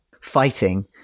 fighting